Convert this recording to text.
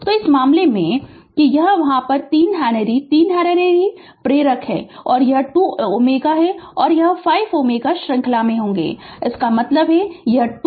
तो इस मामले में इस मामले में कि यह वहाँ है 3 हेनरी 3 हेनरी प्रारंभ करनेवाला है और यह 2 Ω और 5 Ω श्रृंखला में होंगे इसका मतलब है इसका मतलब यह 2 5 है